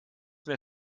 mehr